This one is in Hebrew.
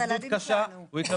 הניצול הזה הוא בלתי נתפס, הוא מחייב